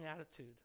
attitude